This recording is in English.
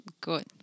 Good